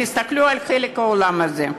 תסתכלו על חלק האולם הזה.